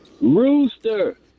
Rooster